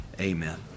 Amen